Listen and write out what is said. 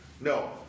No